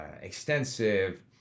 extensive